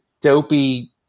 dopey